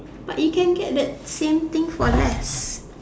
but you can get that same thing for less